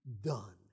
done